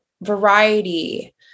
variety